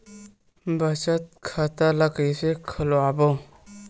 बचत खता ल कइसे खोलबों?